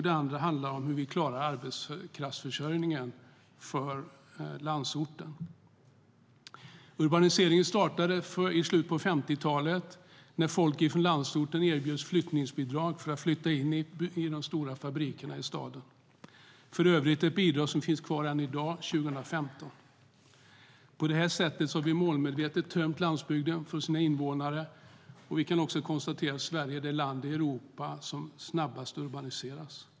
Det andra handlar om hur vi klarar arbetskraftsförsörjningen för landsorten. Urbaniseringen startade i slutet av 50-talet, när folk från landsorten erbjöds flyttningsbidrag för att flytta in i de stora fabrikerna i staden. Det är för övrigt ett bidrag som finns kvar än i dag, 2015. På det här sättet har vi målmedvetet tömt landsbygden på invånare. Vi kan också konstatera att Sverige är det land i Europa som urbaniseras snabbast.